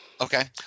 Okay